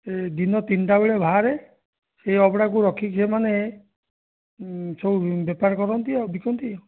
ଏ ଦିନ ତିନିଟାବେଳେ ବାହାରେ ସେ ଅଭଡ଼ାକୁ ରଖିକି ସେମାନେ ସବୁ ବେପାରକରନ୍ତି ଆଉ ବିକନ୍ତି